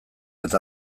eta